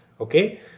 Okay